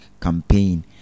campaign